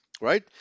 right